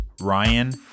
ryan